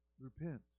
Repent